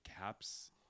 caps